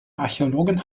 archäologin